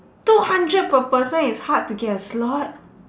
two hundred per person is hard to get a slot